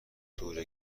تور